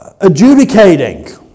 adjudicating